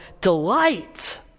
delight